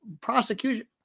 prosecution